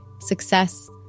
success